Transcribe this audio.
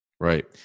Right